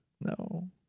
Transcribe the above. No